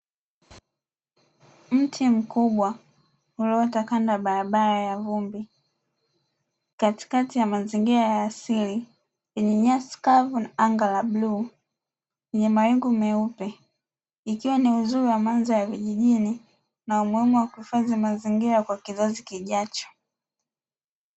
Mti mkubwa ulioota kando ya barabara ya vumbi katikati ya mazingira ya asili yenye nyasi kavu na anga la buluu, yenye mawinge meupe ikiwa ni uzuri wa mandhari ya vijijini na umuhimu wa kuhifadhi mazingira kwa kizazi kijacho.